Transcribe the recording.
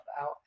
out